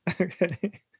Okay